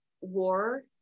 war